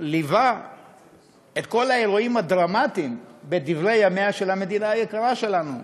ליווה את כל האירועים הדרמטיים בדברי ימיה של המדינה היקרה שלנו,